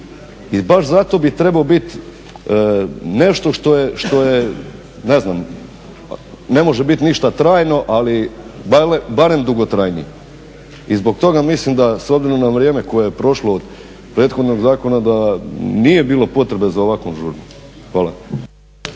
i baš zato bi trebao biti nešto što je ne znam ne može biti ništa trajno ali barem dugotrajnije. I zbog toga mislim da s obzirom na vrijeme koje je prošlo od prethodnog zakona da nije bilo potrebe za ovakvom žurbom. Hvala.